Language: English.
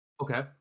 Okay